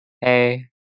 Hey